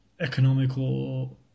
economical